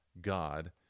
God